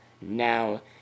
Now